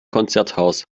konzerthaus